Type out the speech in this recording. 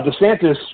DeSantis